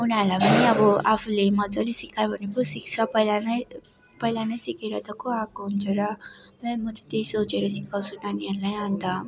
उनीहरूलाई पनि अब आफूले मज्जाले सिकायो भने पो सिक्छ पहिला नै पहिला नै सिकेर त को आएको हुन्छ र म चाहिँ त्यही सोचेर सिकाउछु नानीहरूलाई अन्त